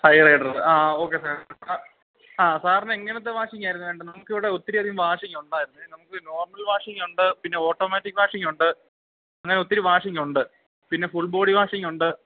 ഫൈയറൈഡറ് ആ okay sir ആ സാറിന് എങ്ങനത്തെ വാഷിംഗ ആയിരുന്നു വേണ്ടണ്ട് നമുക്കിവിടെ ഒത്തിരിയധികം വാഷിംഗ ഉണ്ടായിുന്ന നമുക്ക് നോർമൽ വാഷിംഗ ഉണ്ട് പിന്നെ ഓട്ടോമാറ്റിക് വാഷിംഗ ഉണ്ട് അങ്ങനെ ഒത്തിരി വാഷിംഗ ഉണ്ട് പിന്നെ ഫുൾ ബോഡി വാഷിംഗ ഉണ്ട്